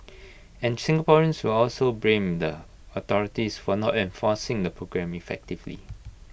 and Singaporeans will also blame the authorities for not enforcing the programme effectively